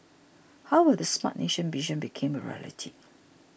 how will the Smart Nation vision become a reality